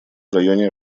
районе